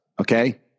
Okay